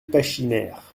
pachymère